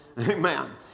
Amen